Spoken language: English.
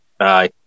Aye